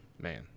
man